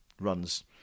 runs